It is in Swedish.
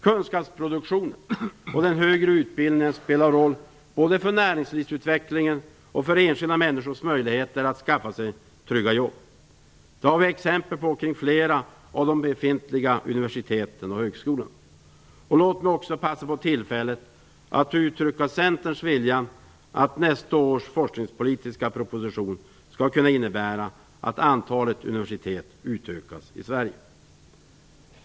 Kunskapsproduktionen och den högre utbildningen spelar roll både för näringslivsutvecklingen och för enskilda människors möjligheter att skaffa sig trygga jobb. Det har vi exempel på kring flera av de befintliga universiteten och högskolorna. Låt mig också passa på tillfället att uttrycka Centerns vilja att nästa års forskningspolitiska proposition skall kunna innebära att antalet universitet i Sverige utökas.